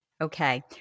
Okay